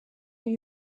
ibi